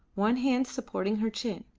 one hand supporting her chin,